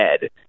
dead